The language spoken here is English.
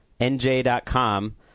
NJ.com